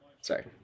sorry